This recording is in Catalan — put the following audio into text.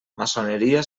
maçoneria